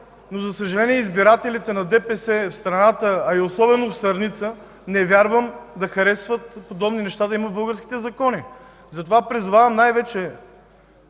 но, за съжаление, избирателите на ДПС в страната, а и особено в Сърница, не вярвам да харесват да има подобни неща в българските закони. Затова призовавам най-вече